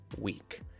week